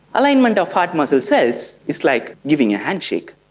alignment of heart muscle cells is like giving a handshake.